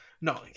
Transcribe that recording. No